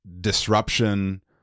disruption